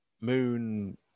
moon